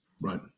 Right